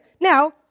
Now